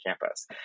campus